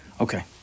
Okay